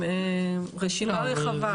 רשימה רחבה.